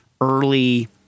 early